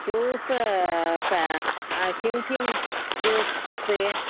juice क किं किं ज्यूस् अस्ति